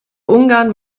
ungarn